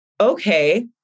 okay